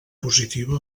positiva